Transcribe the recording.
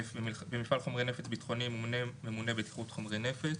12ג. במפעל חומרי נפץ ביטחוניים ימונה ממונה בטיחות חומרי נפץ.